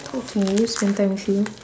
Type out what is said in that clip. talk to you spend time with you